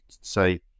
say